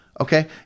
Okay